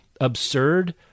absurd